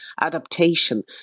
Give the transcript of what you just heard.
adaptation